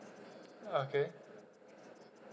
okay